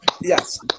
yes